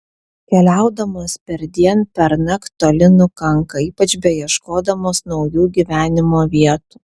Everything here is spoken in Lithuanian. keliaudamos perdien pernakt toli nukanka ypač beieškodamos naujų gyvenimo vietų